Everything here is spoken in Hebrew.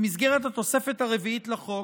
במסגרת התוספת הרביעית לחוק,